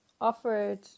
offered